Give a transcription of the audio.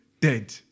Dead